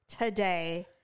today